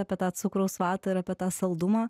apie tą cukraus vatą ir apie tą saldumą